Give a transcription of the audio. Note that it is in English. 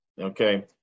Okay